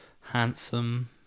handsome